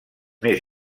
més